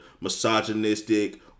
misogynistic